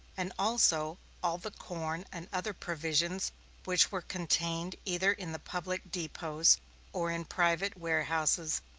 and also all the corn and other provisions which were contained either in the public depots or in private warehouses,